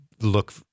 look